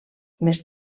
més